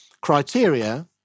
criteria